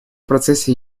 процессе